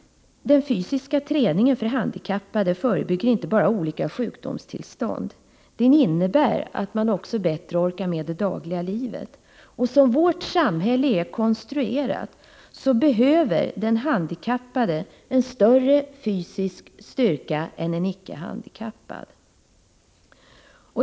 Den fysiska träningen för handikappade förebygger inte bara olika sjukdomstillstånd, den innebär också att man bättre orkar med det dagliga livet. Som vårt samhälle är konstruerat behöver en handikappad större fysisk styrka än en icke handikappad.